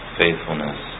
faithfulness